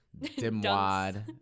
Dimwad